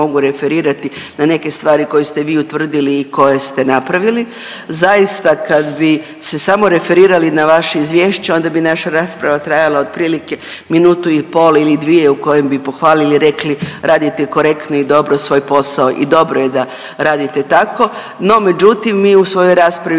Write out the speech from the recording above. na neke stvari koje ste vi utvrdili i koje ste napravili. Zaista kad bi se samo referirali na vaše izvješće onda bi naša rasprava trajala otprilike minuti i pol ili dvije u kojem bi pohvalili i rekli radite korektno i dobro svoj posao. I dobro je da radite tako, no međutim mi u svojoj raspravi